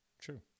true